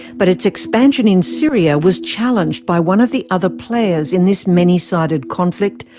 but its expansion in syria was challenged by one of the other players in this many-sided conflict,